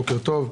בוקר טוב.